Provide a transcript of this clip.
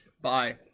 Bye